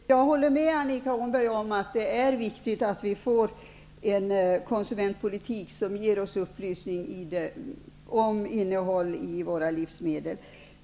Fru talman! Jag håller med Annika Åhnberg om att det är viktigt att vi får en konsumentpolitik som ger oss upplysning om innehållet i våra livsmedel.